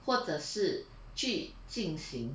或者是去进行